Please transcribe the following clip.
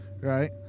Right